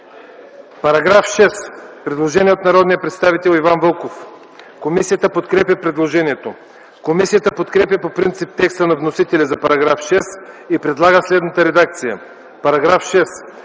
По § 6 има предложение от народния представител Иван Вълков. Комисията подкрепя предложението. Комисията подкрепя по принцип текста на вносителя за § 6 и предлага следната редакция: „§ 6.